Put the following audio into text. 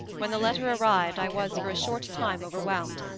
when the letter arrived, i was for a short time overwhelmed.